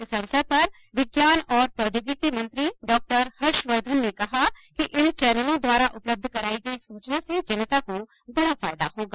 इस अवसर पर विज्ञान और प्रौद्योगिकी मंत्री डाक्टर हर्षवर्धन ने कहा इन चैनलों द्वारा उपलब्ध कराई गई सूचना से जनता को बड़ा फायदा होगा